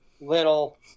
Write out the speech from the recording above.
little